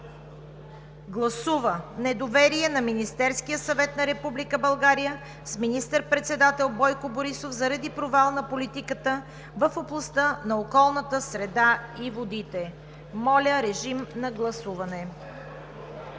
Гласува недоверие на Министерския съвет на Република България с министър-председател Бойко Борисов заради провал на политиката в областта на околната среда и водите.“ Проектът за решение